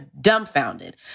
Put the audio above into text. dumbfounded